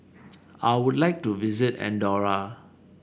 I would like to visit Andorra